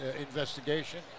investigation